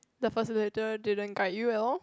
the facilitator didn't guide you at all